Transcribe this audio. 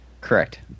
Correct